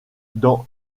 dans